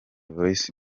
voice